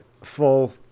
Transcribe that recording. full